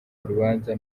urubanza